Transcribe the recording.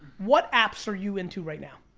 what apps are you into right now?